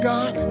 God